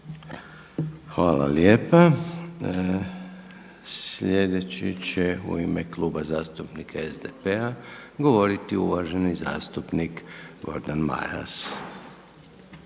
Hvala lijepa. Sljedeći će u ime Kluba zastupnika SDP-a govoriti uvaženi zastupnik Gordan Maras.